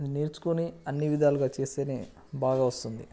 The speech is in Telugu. నేర్చుకొని అన్ని విధాలుగా చేస్తే బాగా వస్తుంది